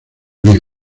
bien